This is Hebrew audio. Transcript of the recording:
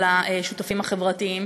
של השותפים החברתיים,